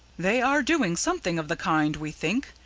they are doing something of the kind, we think,